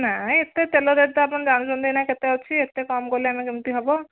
ନାଇ ଏତେ ତେଲ ରେଟ୍ ତ ଆପଣ ଜାଣୁଛନ୍ତି ଏଇନା କେତେ ଅଛି ଏତେ କମ୍ କଲେ ଆମେ କେମିତି ହେବ